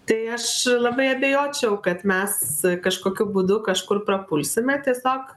tai aš labai abejočiau kad mes kažkokiu būdu kažkur prapulsime tiesiog